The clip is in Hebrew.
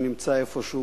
שנמצא פה איפשהו,